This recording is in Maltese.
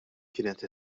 kienet